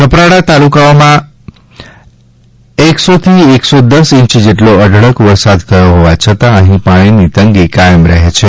કપરાડા તાલુકામાં એકસોથી એકસોદશ ઇંચ જેટલો અઢળક વરસાદ થતો હોવા છતાં અહીં પાણીની તંગી કાયમ રહે છે